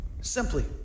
simply